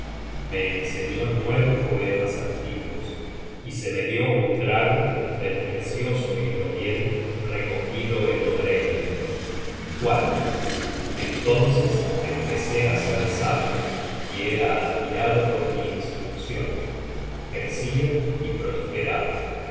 me enseñó nueve poemas antiguos y se me dio un trago del precioso hidromiel recogido en odreyer content from google book search generated at entonces empecé á ser sabio y era admirado por mi instruccion crecia y prosperaba